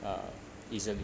uh easily